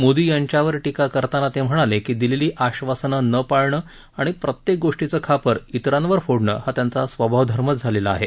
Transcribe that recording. मोदी यांच्यावर टीका करताना ते म्हणाले की दिलेली आश्वासनं नं पाळणं आणि प्रत्येक गोष्टीचं खापर इतरांवर फोडणं हा त्यांचा स्वभावधर्मच झालेला आहे